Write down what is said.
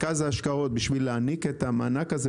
בשביל להעניק את המענק הזה,